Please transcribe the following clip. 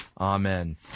Amen